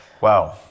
wow